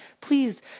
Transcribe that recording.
please